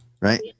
Right